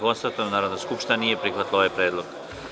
Konstatujem da Narodna skupština nije prihvatila ovaj predlog.